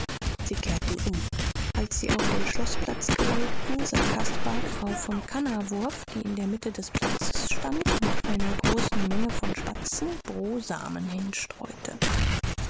sie kehrten um als sie auf den schloßplatz gelangten sah caspar frau von kannawurf die in der mitte des platzes stand und einer großen menge von spatzen brosamen